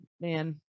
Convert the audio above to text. man